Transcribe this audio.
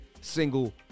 single